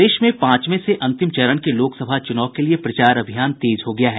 प्रदेश में पांचवे से अंतिम चरण के लोकसभा चुनाव के लिये प्रचार अभियान तेज हो गया है